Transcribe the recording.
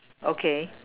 okay